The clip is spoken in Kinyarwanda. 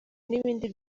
n’ibindi